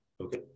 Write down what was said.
Okay